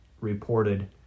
reported